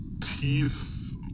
teeth